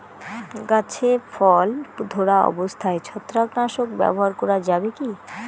গাছে ফল ধরা অবস্থায় ছত্রাকনাশক ব্যবহার করা যাবে কী?